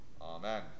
Amen